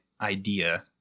idea